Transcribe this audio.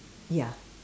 ya